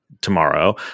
tomorrow